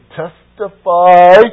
testify